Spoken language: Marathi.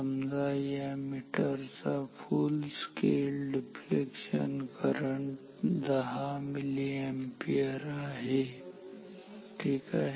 समजा या मीटरचा full scale deflection current 10 milliampere आहे ठीक आहे